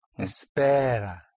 espera